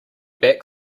back